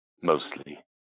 mostly